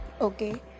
Okay